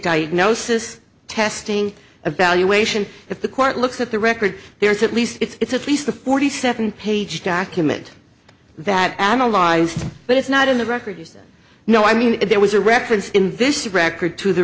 diagnosis testing evaluation if the court looks at the record there's at least it's at least the forty seven page document that analyzed but it's not in the record you know i mean there was a reference in this record to the